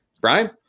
Brian